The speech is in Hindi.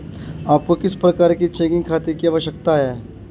आपको किस प्रकार के चेकिंग खाते की आवश्यकता है?